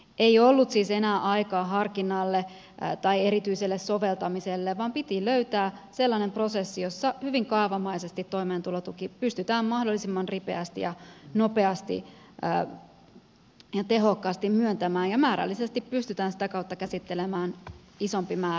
ei ollut siis enää aikaa harkinnalle tai erityiselle soveltamiselle vaan piti löytää sellainen prosessi jossa hyvin kaavamaisesti toimeentulotuki pystytään mahdollisimman ripeästi nopeasti ja tehokkaasti myöntämään ja määrällisesti pystytään sitä kautta käsittelemään isompi määrä asiakkaita